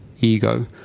ego